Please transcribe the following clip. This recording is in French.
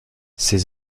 ces